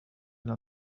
إلى